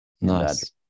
nice